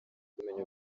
kumenya